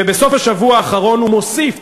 ובסוף השבוע האחרון הוא מוסיף,